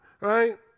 right